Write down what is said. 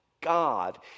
God